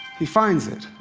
he finds it.